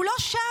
הוא לא שם.